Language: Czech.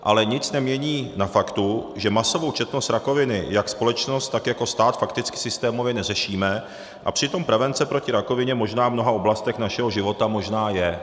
Ale nic nemění na faktu, že masovou četnost rakoviny jak společnost, tak jako stát fakticky systémově neřešíme, a přitom prevence proti rakovině možná v mnoha oblastech našeho života možná je.